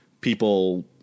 people